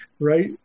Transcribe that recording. right